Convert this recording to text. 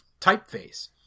typeface